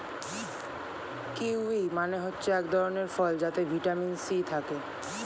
kiwi মানে হচ্ছে এক ধরণের ফল যাতে ভিটামিন সি থাকে